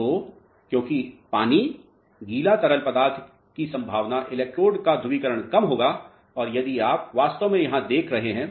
तो क्योंकि पानी गीला तरल पदार्थ की संभावना हैइलेक्ट्रोड का ध्रुवीकरण कम होगा और यही आप वास्तव में यहां देख रहे हैं